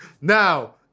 Now